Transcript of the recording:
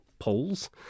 polls